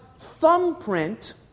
thumbprint